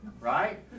Right